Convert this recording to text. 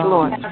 Lord